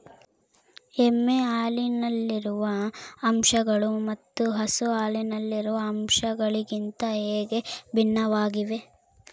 ಎಮ್ಮೆ ಹಾಲಿನಲ್ಲಿರುವ ಅಂಶಗಳು ಮತ್ತು ಹಸು ಹಾಲಿನಲ್ಲಿರುವ ಅಂಶಗಳಿಗಿಂತ ಹೇಗೆ ಭಿನ್ನವಾಗಿವೆ?